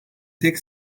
tek